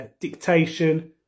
dictation